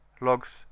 logs